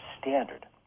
standard